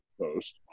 post